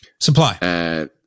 Supply